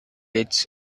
its